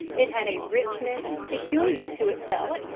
it had a richness peculiar to itself,